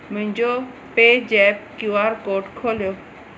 मुंहिंजो पे जेप Q R code खोलियो